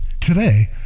Today